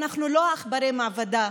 אנחנו לא עכברי מעבדה,